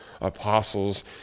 apostles